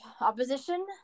opposition